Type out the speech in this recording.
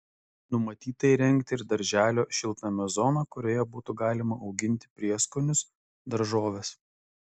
numatyta įrengti ir darželio šiltnamio zoną kurioje būtų galima auginti prieskonius daržoves